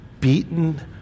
beaten